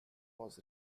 was